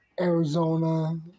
Arizona